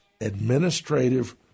administrative